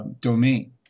domain